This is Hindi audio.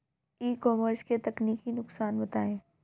ई कॉमर्स के तकनीकी नुकसान बताएं?